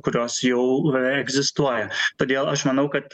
kurios jau egzistuoja todėl aš manau kad